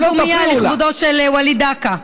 לעשות דקה דומייה לכבודו של וליד דקה.